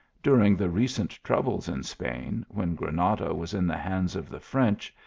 during the recent troubles in spain, when gra nada was in the hands of the french,